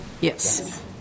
Yes